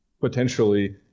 potentially